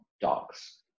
dogs